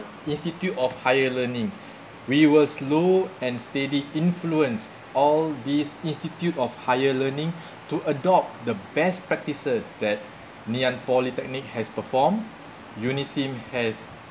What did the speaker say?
institute of higher learning viewers lure and steady influence all these institute of higher learning to adopt the best practices that ngee ann polytechnic has performed UNISIM has